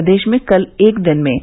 प्रदेश में कल एक दिन में